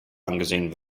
angesehen